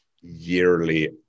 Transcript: yearly